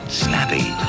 snappy